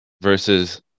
versus